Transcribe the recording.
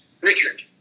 Richard